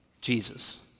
Jesus